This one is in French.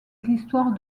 l’histoire